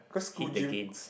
hit the games